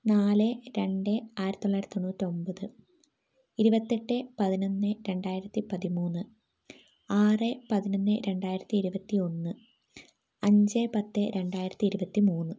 നാല് രണ്ട് ആയിരത്തിത്തൊള്ളായിരത്തി തൊണ്ണൂറ്റൊമ്പത് ഇരുപത്തെട്ട് പതിനൊന്ന് രണ്ടായിരത്തിപ്പതിമൂന്ന് ആറ് പതിനൊന്ന് രണ്ടായിരത്തി ഇരുപത്തി ഒന്ന് അഞ്ച് പത്ത് രണ്ടായിരത്തി ഇരുപത്തി മൂന്ന്